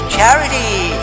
Charity